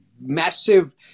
massive